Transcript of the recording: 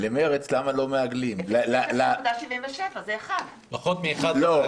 כי יש להם פחות מ-1.